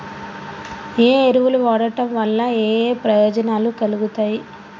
ఏ ఎరువులు వాడటం వల్ల ఏయే ప్రయోజనాలు కలుగుతయి?